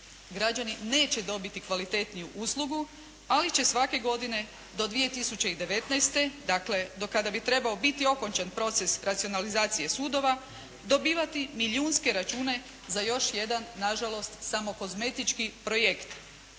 Građani neće dobiti kvalitetniju uslugu ali će svake godine do 2019. dakle do kada bi trebao biti okončan proces racionalizacije sudova, dobivati milijunske račune za još jedan na žalost, samo kozmetički projekt.